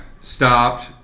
stopped